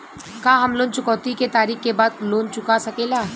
का हम लोन चुकौती के तारीख के बाद लोन चूका सकेला?